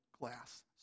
glass